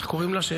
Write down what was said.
איך קוראים לה?